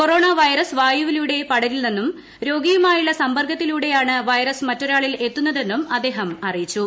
corona virus വായുവിലൂടെ പടരില്ലെന്നും രോഗിയുമായുള്ള സമ്പർക്കത്തിലൂടെയാണ് വൈറസ് മറ്റൊരാളിൽ എത്തുന്നതെന്നും അദ്ദേഹം അറിയിച്ചു